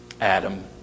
Adam